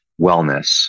wellness